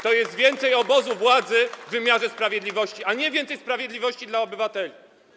To jest więcej obozu władzy w wymiarze sprawiedliwości, a nie więcej sprawiedliwości dla obywateli.